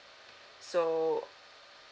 so